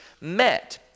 met